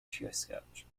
taoiseach